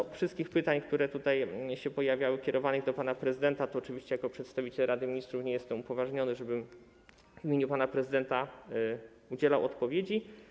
Co do wszystkich pytań, które tutaj się pojawiały, kierowanych do pana prezydenta, to oczywiście jako przedstawiciel Rady Ministrów nie jestem upoważniony, żeby w imieniu pana prezydenta udzielać na nie odpowiedzi.